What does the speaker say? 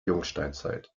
jungsteinzeit